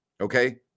Okay